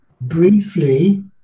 briefly